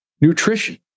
nutrition